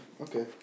Okay